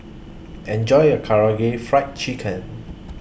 Enjoy your Karaage Fried Chicken